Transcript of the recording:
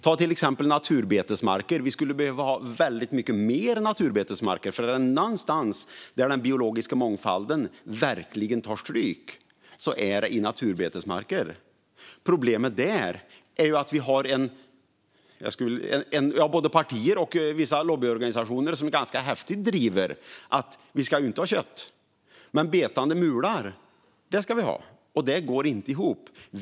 Ta till exempel naturbetesmarker. Vi skulle behöva ha väldigt mycket mer naturbetesmarker, för är det någonstans den biologiska mångfalden verkligen främjas är det i naturbetesmarker. Problemet är att vi har både partier och vissa lobbyorganisationer som ganska häftigt driver att vi inte ska ha kött, men betande mular ska vi ha. Det går inte ihop.